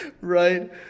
Right